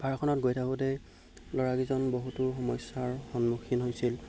পাহাৰখনত গৈ থাকোঁতে ল'ৰাকেইজন বহুতো সমস্যাৰ সন্মুখীন হৈছিল